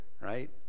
Right